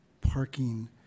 parking